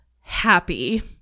happy